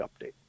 update